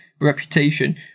reputation